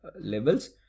levels